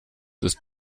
ist